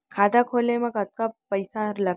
खाता खोले मा कतका पइसा लागथे?